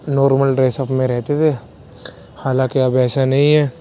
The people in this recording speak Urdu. نارمل ڈریس اپ میں رہتے تھے حالانکہ اب ایسا نہیں ہے